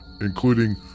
including